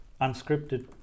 Unscripted